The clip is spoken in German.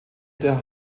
der